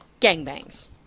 gangbangs